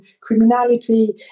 criminality